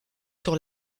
sur